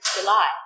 July